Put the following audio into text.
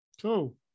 Cool